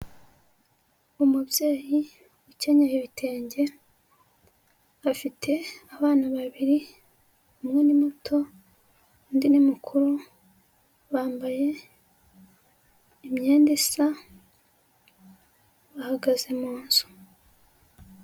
Umubyeyi ukenyeye ibitenge, afite abana babiri, umwe ni muto, undi ni mukuru, bambaye imyenda isa, bahagaze mu nzu.